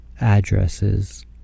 addresses